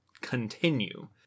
continue